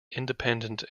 independent